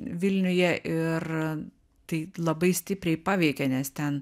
vilniuje ir tai labai stipriai paveikė nes ten